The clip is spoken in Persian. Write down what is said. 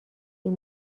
این